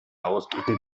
ausdrücken